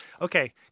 Okay